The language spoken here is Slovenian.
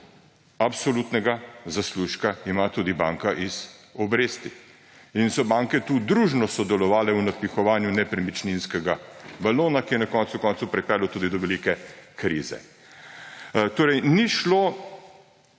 absolutnega zaslužka ima tudi banka iz obresti. In so banke tu družno sodelovale v napihovanju nepremičninskega balona, ki je na koncu koncev pripeljal tudi do velike krize. Torej ni šlo